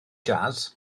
jazz